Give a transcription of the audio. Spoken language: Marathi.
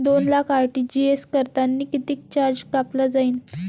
दोन लाख आर.टी.जी.एस करतांनी कितीक चार्ज कापला जाईन?